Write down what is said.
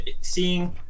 seeing